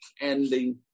ending